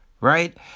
Right